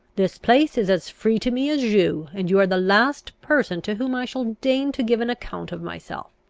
this place is as free to me as you, and you are the last person to whom i shall deign to give an account of myself.